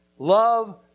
Love